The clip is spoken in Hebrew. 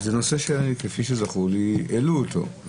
זה נושא, כפי שזכור לי, העלו אותו.